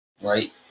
right